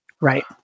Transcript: Right